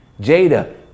Jada